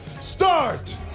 start